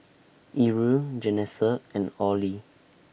Irl Janessa and Orley